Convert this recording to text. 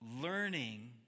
learning